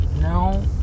no